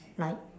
like